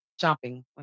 shopping